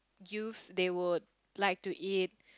youths they would like to eat